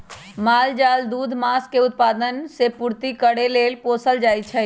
माल जाल दूध, मास के उत्पादन से पूर्ति करे लेल पोसल जाइ छइ